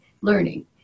learning